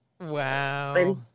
wow